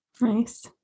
nice